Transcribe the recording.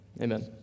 Amen